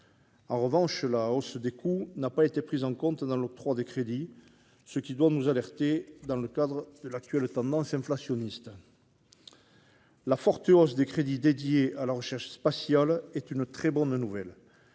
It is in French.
En revanche, la hausse des coûts n'a pas été prise en compte dans l'octroi des crédits, ce qui doit nous alerter au regard de l'actuelle tendance inflationniste. La forte hausse des crédits alloués à la recherche spatiale est une très bonne nouvelle.